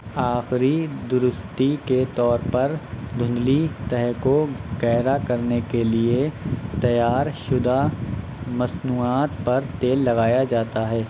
آخری درستی کے طور پر دھندلی تہہ کو گہرا کرنے کے لیے تیار شدہ مصنوعات پر تیل لگایا جاتا ہے